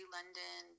London